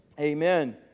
amen